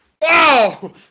Wow